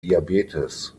diabetes